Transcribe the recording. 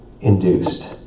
induced